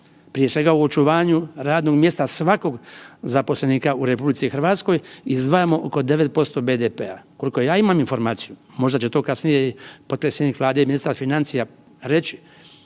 prije svega u očuvanju radnog mjesta svakog zaposlenika u RH izdvajamo oko 9% BDP-a. Koliko ja imam informaciju možda će to kasnije potpredsjednik i ministar financija reći